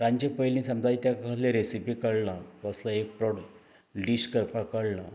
रांदचे पयली समजा एक तेका कसले रेसिपी कळना कसलो एक प्रॉडक्ट डीस करपाक कळना